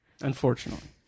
Unfortunately